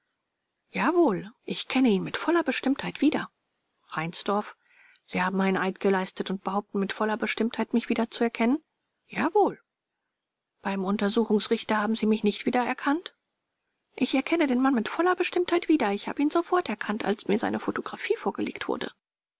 jawohl ich kenne ihn mit voller bestimmtheit wieder reinsdorf sie haben einen eid geleistet und behaupten mit voller bestimmtheit mich wiederzuerkennen zeuge jawohl reinsdorf beim untersuchungsrichter haben sie mich nicht wiedererkannt zeuge ich erkenne den mann mit voller bestimmtheit wieder ich habe ihn sofort erkannt als mir seine photographie vorgelegt wurde